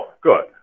Good